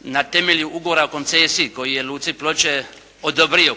na temelju ugovora o koncesiji koji je Luci Ploče odobrio